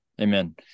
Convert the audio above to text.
Amen